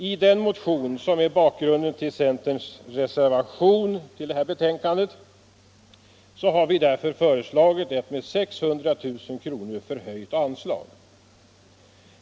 I den motion som är bakgrunden till centerns reservation vid detta betänkande har vi därför föreslagit ett med 600 000 kr. förhöjt anslag.